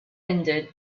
ended